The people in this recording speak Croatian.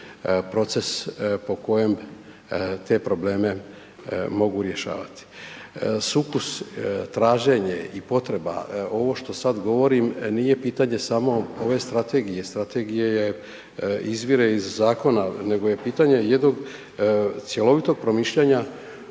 proces po kojem te probleme mogu rješavati. Sukus traženje i potreba, ovo što sada govorim, nije pitanje samo ove strategije, strategija izvire iz zakona, nego je pitanje jednog cjelovitog promišljanja